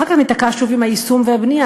אחר כך ניתקע שוב עם היישום והבנייה.